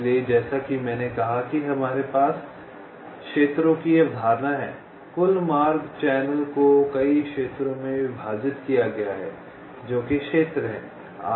इसलिए जैसा कि मैंने कहा कि हमारे पास क्षेत्रों की अवधारणा है कुल मार्ग चैनल को कई क्षेत्रों में विभाजित किया गया है जोकि क्षेत्र हैं